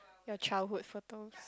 your childhood photos